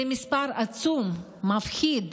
זה מספר עצום, מפחיד.